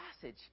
passage